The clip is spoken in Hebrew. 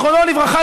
זיכרונו לברכה,